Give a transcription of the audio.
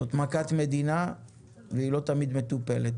זאת מכת מדינה שלא תמיד מטופלת.